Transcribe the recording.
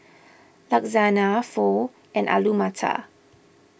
Lasagna Pho and Alu Matar